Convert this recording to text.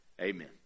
Amen